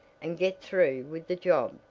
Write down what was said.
and get through with the job.